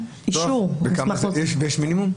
יש מינימום?